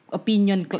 opinion